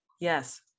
Yes